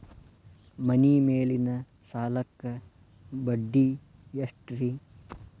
ಮನಿ ಮೇಲಿನ ಸಾಲಕ್ಕ ಬಡ್ಡಿ ಎಷ್ಟ್ರಿ?